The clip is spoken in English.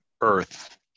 earth